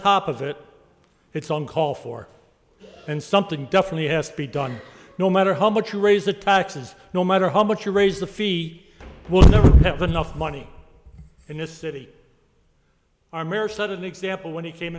top of it it's on call for and something definitely has to be done no matter how much you raise the taxes no matter how much you raise the fee will never have enough money in this city are mere sudden example when he came